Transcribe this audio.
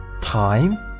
Time